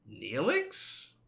Neelix